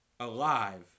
Alive